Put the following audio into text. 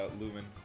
lumen